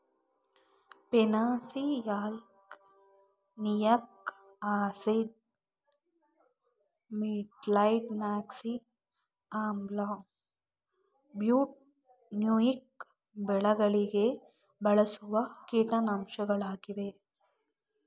phenoxyalkanoic acid, methylphenoxy ಆಮ್ಲ, butanoic ಬೆಳೆಗಳಿಗೆ ಬಳಸುವ ಕೀಟನಾಶಕವಾಗಿದೆ